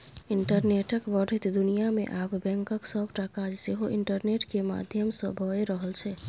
इंटरनेटक बढ़ैत दुनियाँ मे आब बैंकक सबटा काज सेहो इंटरनेट केर माध्यमसँ भए रहल छै